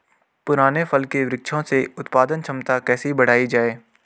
पुराने फल के वृक्षों से उत्पादन क्षमता कैसे बढ़ायी जाए?